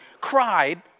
cried